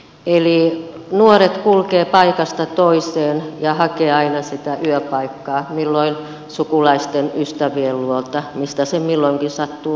eli nuoret kulkevat paikasta toiseen ja hakevat aina sitä yöpaikkaa milloin sukulaisten ystävien luota mistä se milloinkin sattuu löytymään